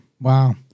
Wow